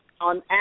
on